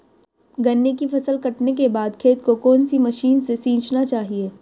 गन्ने की फसल काटने के बाद खेत को कौन सी मशीन से सींचना चाहिये?